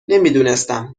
نمیدونستم